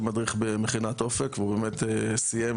מדריך במכינת אופק והוא באמת סיים,